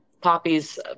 poppy's